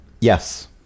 Yes